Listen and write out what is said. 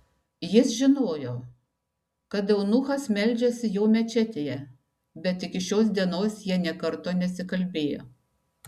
jis žinojo kad eunuchas meldžiasi jo mečetėje bet iki šios dienos jie nė karto nesikalbėjo